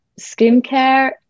Skincare